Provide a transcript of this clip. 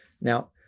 Now